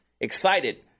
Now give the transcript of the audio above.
Excited